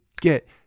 get